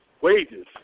wages